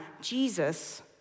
Jesus